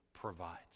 Provides